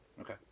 okay